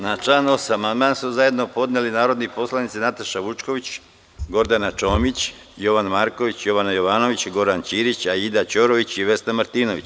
Na član 8. amandman su zajedno podneli narodni poslanici Nataša Vučković, Gordana Čomić, Jovan Marković, Jovana Jovanović, Goran Ćirić, Aida Ćorović i Vesna Martinović.